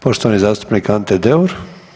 Poštovani zastupnik Ante Deur.